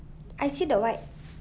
I see the white